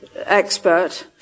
expert